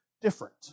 different